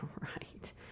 right